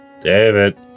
David